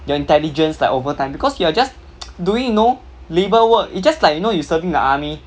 their intelligence like overtime because you are just doing you know labour work is just like you know you serving the army